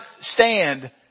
stand